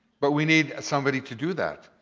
but we need somebody to do that.